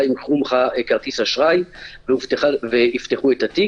הם יקחו ממך כרטיס אשראי ויפתחו את התיק.